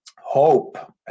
hope